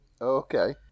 Okay